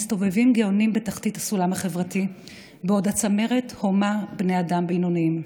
מסתובבים גאונים בתחתית הסולם החברתי בעוד הצמרת הומה בני אדם בינוניים.